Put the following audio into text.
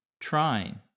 trying